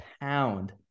pound